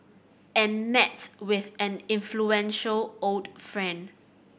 and met with an influential old friend